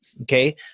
Okay